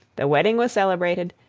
the wedding was celebrated,